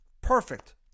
Perfect